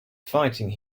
fighting